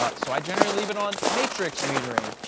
ah so i generally leave it on matrix metering.